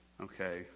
Okay